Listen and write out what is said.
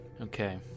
Okay